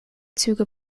züge